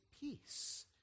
peace